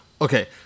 Okay